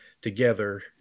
together